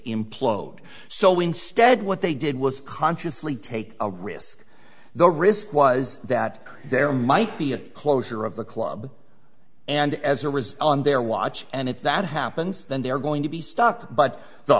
implode so instead what they did was consciously take a risk the risk was that there might be a closure of the club and as a result on their watch and if that happens then they are going to be stuck but the